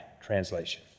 translation